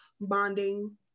bonding